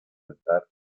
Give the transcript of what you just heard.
altar